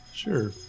Sure